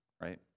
right